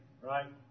Right